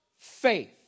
faith